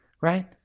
right